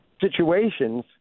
situations